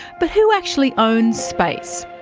but who actually owns space?